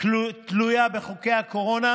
תלויה בחוקי הקורונה,